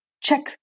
check